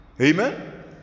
Amen